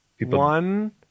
one